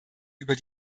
über